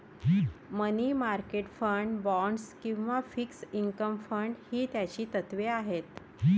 मनी market fund, bonds किंवा fixed income fund ही त्याची तत्त्वे आहेत